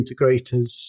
integrators